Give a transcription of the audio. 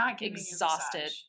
exhausted